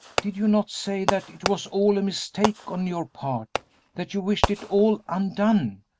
did you not say that it was all a mistake on your part that you wished it all undone?